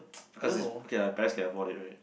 because his okay ah parents can afford it right